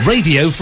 Radio